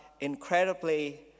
incredibly